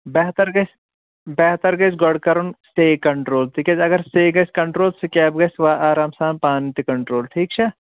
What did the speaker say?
بہتر گژھِ بہتر گژھِ گۄڈٕ کرُن سیٚہِ کنٹرول تِکیٛازِ اگر سیٚہِ گژھِ کنٹرول سِکیب گژھِ آرام سان پانہٕ تہِ کنٹرول ٹھیٖک چھا